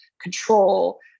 control